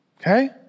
Okay